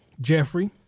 Jeffrey